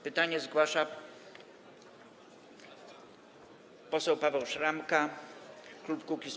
Pytanie zgłasza poseł Paweł Szramka, klub Kukiz’15.